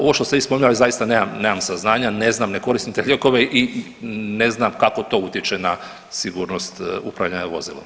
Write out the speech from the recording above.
Ovo što ste vi spominjali, zaista nemam saznanja, ne znam, ne koristim te lijekove i ne znam kako to utječe na sigurnost upravljanja vozilom.